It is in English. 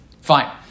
Fine